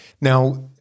Now